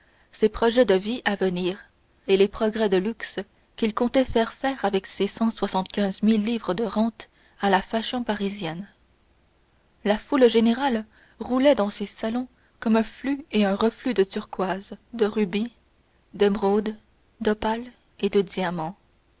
ses projets de vie à venir et les progrès de luxe qu'il comptait faire faire avec ses cent soixante-quinze mille livres de rente à la fashion parisienne la foule générale roulait dans ces salons comme un flux et un reflux de turquoises de rubis d'émeraudes d'opales et de diamants